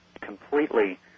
completely